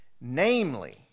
namely